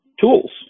tools